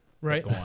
right